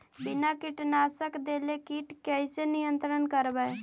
बिना कीटनाशक देले किट कैसे नियंत्रन करबै?